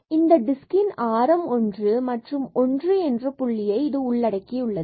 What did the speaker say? எனவே இந்த டிஸ்கின் ஆரம் ஒன்று மற்றும் 1 என்ற புள்ளியையும் உள்ளடக்கியுள்ளது